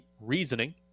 reasoning